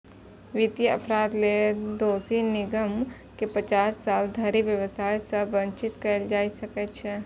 वित्तीय अपराध लेल दोषी निगम कें पचास साल धरि व्यवसाय सं वंचित कैल जा सकै छै